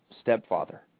stepfather